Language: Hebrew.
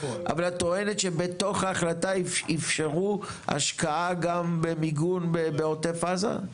אבל את טוענת שבתוך ההחלטה אפשרו השקעה גם במיגון בעוטף עזה?